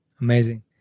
Amazing